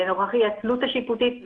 נוכח אי-התלות השיפוטית,